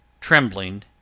trembling